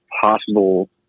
possible